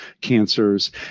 cancers